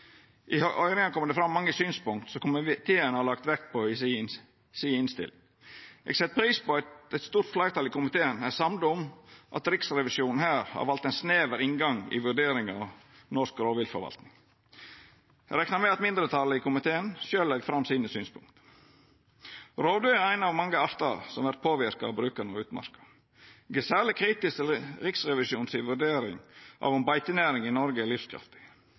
I høyringa kom det fram mange synspunkt som komiteen har lagt vekt på i innstillinga si. Eg set pris på at eit stort fleirtal i komiteen er samde om at Riksrevisjonen her har valt ein snever inngang i vurderinga av norsk rovviltforvaltning. Eg reknar med at mindretalet i komiteen sjølv legg fram synspunkta sine. Rovdyr er ein av mange artar som vert påverka av bruken av utmark. Eg er særleg kritisk til Riksrevisjonens vurdering av om beitenæring i Noreg er livskraftig.